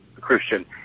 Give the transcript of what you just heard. Christian